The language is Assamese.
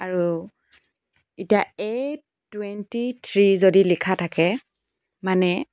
আৰু এতিয়া এ টুৱেণ্টি থ্ৰি যদি লিখা থাকে মানে